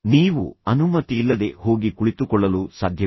ನೀವು ಅನುಮತಿಯಿಲ್ಲದೆ ಹೋಗಿ ಕುಳಿತುಕೊಳ್ಳಲು ಸಾಧ್ಯವಿಲ್ಲ